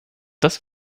das